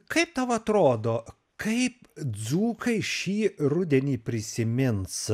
kaip tau atrodo kaip dzūkai šį rudenį prisimins